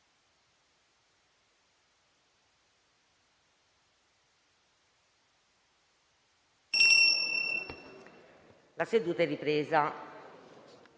La seduta è ripresa.